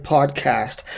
Podcast